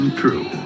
true